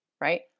right